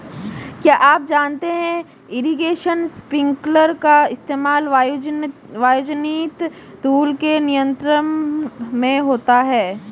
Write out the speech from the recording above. क्या आप जानते है इरीगेशन स्पिंकलर का इस्तेमाल वायुजनित धूल के नियंत्रण में होता है?